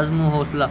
عزم حوصلہ